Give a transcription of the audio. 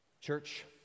Church